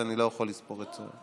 אז אני לא יכול לספור אותה.